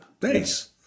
Thanks